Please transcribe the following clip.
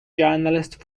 journalist